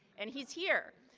and he's here.